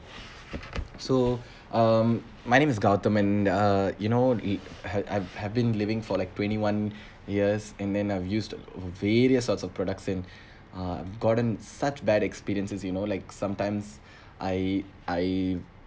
so um my name is gultherman uh you know it had I've had been living for like twenty one years and then I have used to various sorts of products and uh gotten such bad experiences you know like sometimes I I